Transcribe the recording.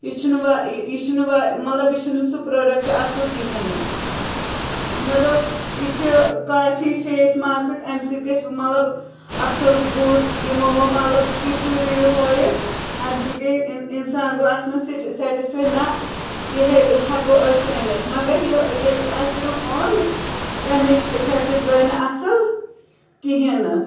یہِ چھُنہٕ وا چھُنہٕ وا مطلب یہِ چھُنہٕ سُہ پرٛوڈَکٹ اَصٕل کِہیٖنۍ نہٕ مےٚ دوٚپ یہِ چھِ کافی فیس ماسٕک اَمہِ سۭتۍ گژھِ مطلب اَصٕل بُتھ یِمو ہو مطلب تہِ تیوٗ رِوِو ہٲیِکھ اَمہِ سۭتۍ گٔے اِنسان گوٚو اَتھ منٛز سِٹہِ سٮ۪ٹِسفاے نہ یہوٚے ہٮ۪کو أسۍ أنِتھ مگر یہِ ییٚلہِ اَسہِ یہِ اوٚن اَمِکۍ اِفٮ۪کٹ درٛاے نہٕ اَصٕل کِہیٖنۍ نہٕ